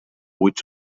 vuit